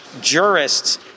jurists